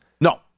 No